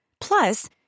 Plus